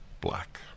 black